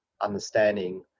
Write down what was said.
understanding